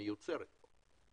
שמיוצרת פה.